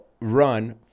run